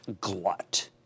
glut